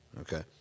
Okay